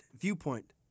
viewpoint